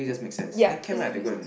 ya physics makes